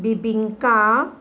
bebinca